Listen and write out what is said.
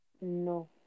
No